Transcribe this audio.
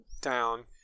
down